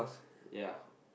ya